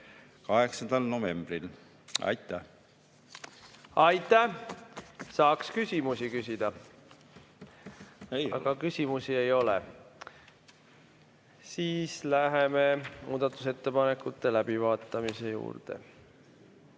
on lõpetatud. Aitäh! Saaks küsimusi küsida. Aga küsimusi ei ole. Siis läheme muudatusettepanekute läbivaatamise juurde.